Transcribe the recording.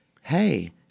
hey